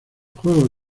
juegos